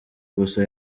gusa